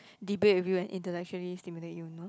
debate with an internationally stimulate you know